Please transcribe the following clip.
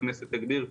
שהכנסת תגדיר,